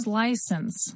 license